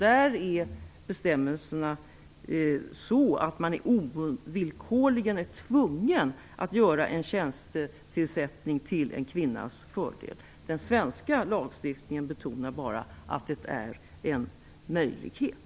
Där är bestämmelserna sådana att man ovillkorligen är tvungen att göra en tjänstetillsättning till en kvinnas fördel. Den svenska lagstiftningen betonar bara att det är en möjlighet.